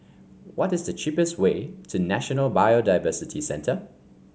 what is the cheapest way to National Biodiversity Centre